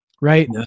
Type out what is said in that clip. Right